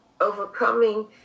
overcoming